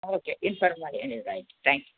okay inform ಮಾಡಿ ಹೇಳಿದ್ರ್ ಆಯಿತು ತ್ಯಾಂಕ್ ಯು